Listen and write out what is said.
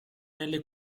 nelle